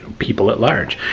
people at large.